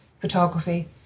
photography